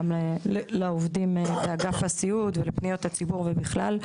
גם לעובדים באגף הסיעוד ולפניות הציבור ובכלל.